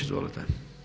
Izvolite.